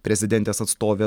prezidentės atstovė